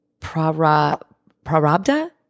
Prarabda